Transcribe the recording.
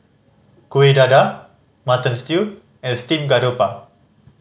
Kuih Dadar Mutton Stew and steamed garoupa